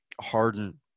Harden